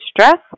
stress